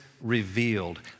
revealed